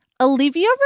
Olivia